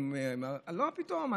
מה פתאום?